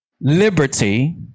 liberty